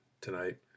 tonight